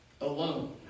alone